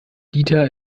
dieter